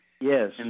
Yes